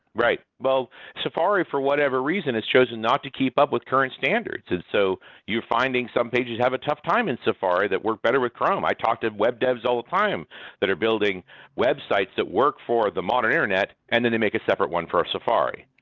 right. safari for whatever reason, it shows and not to keep up with current standards, and so you're finding some pages have a tough time in safari that work better with chrome. i talk to web devs all the time that are building websites that work for the modern internet and then they make a separate one for a safari.